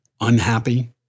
unhappy